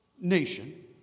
nation